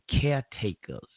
caretakers